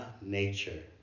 nature